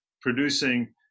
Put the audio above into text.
producing